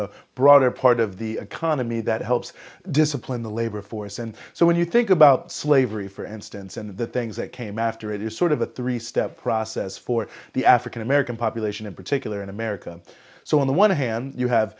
a broader part of the economy that helps discipline the labor force and so when you think about slavery for instance and the things that came after it is sort of a three step process for the african american population in particular in america so on the one hand you have